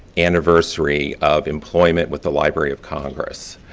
anniversary of employment with the library of congress.